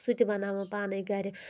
سُہ تہِ بَنان پانے گَرِ